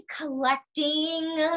collecting